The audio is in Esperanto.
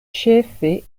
ĉefe